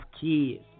kids